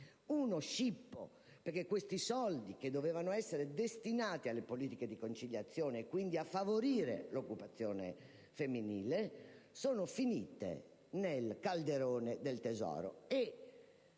scippo, perché questi soldi, che dovevano essere destinati alle politiche di conciliazione, e quindi a favorire l'occupazione femminile, sono finiti nel calderone del Tesoro.